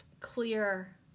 clear